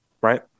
Right